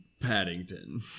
Paddington